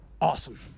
Awesome